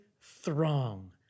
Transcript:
throng